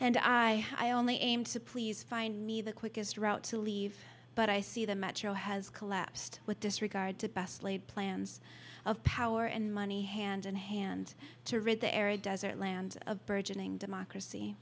and i i only aim to please find me the quickest route to leave but i see the metro has collapsed with disregard to the best laid plans of power and money hand in hand to rid the arid desert land of burgeoning democracy